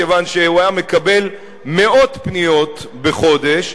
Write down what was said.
כיוון שהוא היה מקבל מאות פניות בחודש,